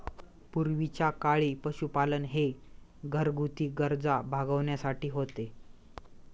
पूर्वीच्या काळी पशुपालन हे घरगुती गरजा भागविण्यासाठी होते